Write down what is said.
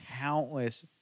countless